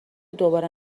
دوباره